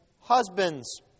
husbands